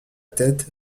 tête